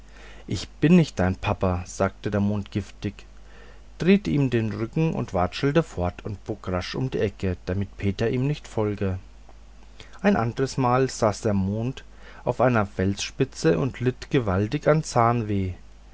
ich bin nicht dein papa sagte der mond giftig drehte ihm den rücken und watschelte fort und bog rasch um die ecke damit peter ihm nicht folge ein andres mal saß der mond auf einer felsspitze und litt gewaltig an zahnweh